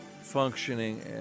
functioning